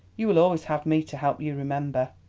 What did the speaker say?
you will always have me to help you, remember.